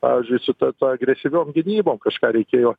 pavyzdžiui su ta ta agresyviom gynybom kažką reikėjo